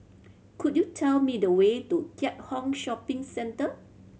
could you tell me the way to Keat Hong Shopping Centre